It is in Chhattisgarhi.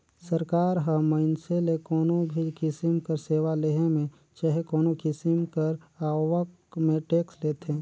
सरकार ह मइनसे ले कोनो भी किसिम कर सेवा लेहे में चहे कोनो किसिम कर आवक में टेक्स लेथे